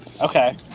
Okay